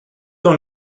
dans